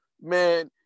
Man